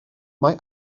mae